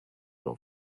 your